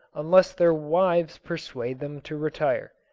unless their wives persuade them to retire.